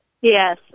Yes